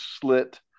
slit